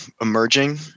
emerging